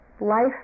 life